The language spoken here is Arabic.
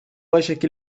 وشك